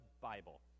Bible